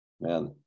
Man